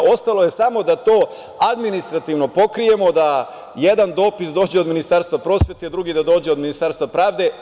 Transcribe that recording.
Ostalo je to da samo administrativno pokrijemo, da jedan dopis dođe od Ministarstva prosvete, drugi od Ministarstva pravde.